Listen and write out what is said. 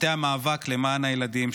מטה המאבק למען הילדים,